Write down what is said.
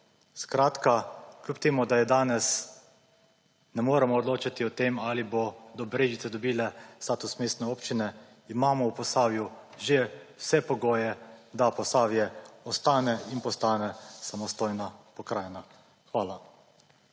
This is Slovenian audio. Skratka, kljub temu, da danes ne moremo odločati o tem ali bodo Brežice dobile status mestne občine, imamo v Posavju že vse pogoje, da Posavje ostane in postane samostojna pokrajina. Hvala.